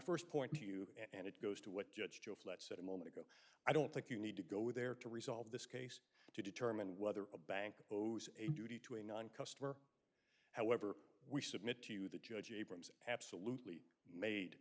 first point to you and it goes to what judge joe flat said a moment ago i don't think you need to go there to resolve this case to determine whether a bank over a duty to a non customer however we submit to the judge abrams absolutely made